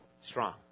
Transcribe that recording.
strong